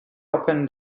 opened